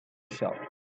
shop